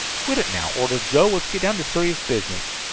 quit it now, ordered joe. let's get down to serious business.